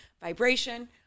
vibration